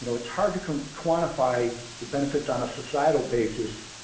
you know it's hard to quantify the benefits on a societal basis